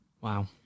Wow